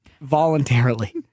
voluntarily